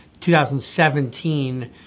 2017